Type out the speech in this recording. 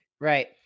Right